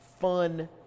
fun